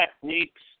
techniques